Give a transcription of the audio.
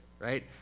right